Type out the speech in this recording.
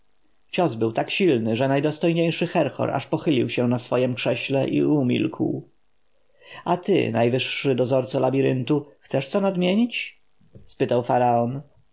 cios był tak silny że najdostojniejszy herhor aż pochylił się na swojem krześle i umilkł a ty najwyższy dozorco labiryntu chcesz co nadmienić spytał faraon